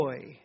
joy